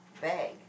bag